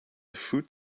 fruit